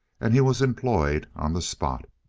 and he was employed on the spot.